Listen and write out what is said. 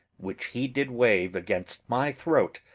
which he did wave against my throat,